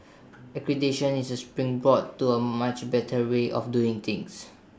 accreditation is A springboard to A much better way of doing things